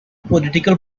political